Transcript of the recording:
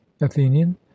athenian